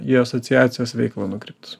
į asociacijos veiklą nukreiptus